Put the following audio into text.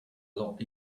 lot